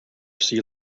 sea